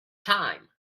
time